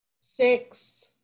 Six